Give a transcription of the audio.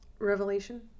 Revelation